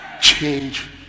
change